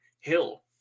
Hill